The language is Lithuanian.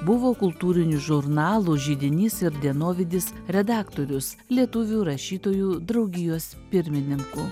buvo kultūrinių žurnalų židinys ir dienovidis redaktorius lietuvių rašytojų draugijos pirmininku